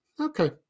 Okay